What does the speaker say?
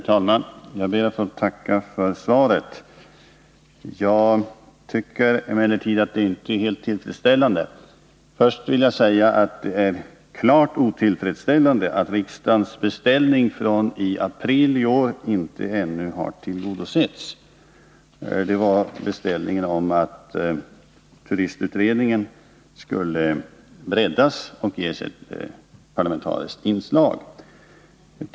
Herr talman! Jag ber att få tacka för svaret. Jag tycker emellertid att det inte är helt tillfredsställande. Först vill jag säga att det är klart otillfredsställande att riksdagens beställning från april i år att turistutredningen skulle breddas och ges ett parlamentariskt inslag ännu inte har tillgodosetts.